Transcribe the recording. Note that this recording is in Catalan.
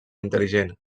intel·ligent